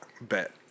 bet